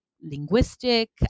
linguistic